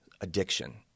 addiction